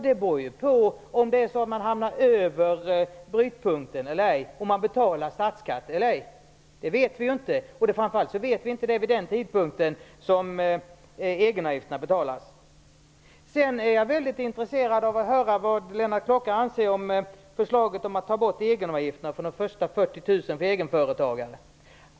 Det beror på om man hamnar över brytpunkten eller ej och om man betalar statsskatt eller ej. Det vet vi ju inte. Framför allt vet vi inte det vid den tidpunkt som egenavgifterna betalas. Jag är mycket intresserad att höra vad Lennart Klockare anser om förslaget att ta bort egenavgifterna för de första 40 000 kronorna i inkomst för egenföretagare.